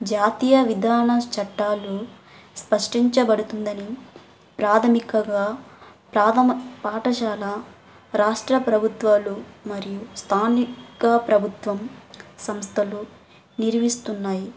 జాతీయ విధాన చట్టాలు స్పష్టించబడుతుందని ప్రాథమికగా ప్రాథమ పాఠశాల రాష్ట్ర ప్రభుత్వాలు మరియు స్థానిక ప్రభుత్వం సంస్థలు నిర్విస్తున్నాయి